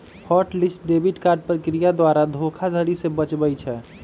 hot list debit card प्रक्रिया द्वारा धोखाधड़ी से बचबइ छै